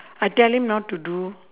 I tell him not to do